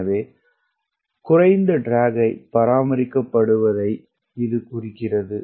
எனவே குறைந்த ட்ராக் பராமரிக்கப்படுவதை இது குறிக்கிறது